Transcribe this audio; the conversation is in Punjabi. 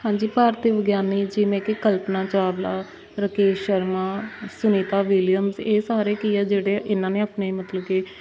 ਹਾਂਜੀ ਭਾਰਤੀ ਵਿਗਿਆਨੀ ਜਿਵੇਂ ਕਿ ਕਲਪਨਾ ਚਾਵਲਾ ਰਕੇਸ਼ ਸ਼ਰਮਾ ਸੁਨੀਤਾ ਵਿਲੀਅਮਸ ਇਹ ਸਾਰੇ ਕੀ ਆ ਜਿਹੜੇ ਇਹਨਾਂ ਨੇ ਆਪਣੇ ਮਤਲਬ ਕਿ